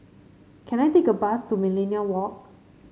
can I take a bus to Millenia Walk